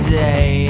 day